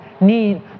need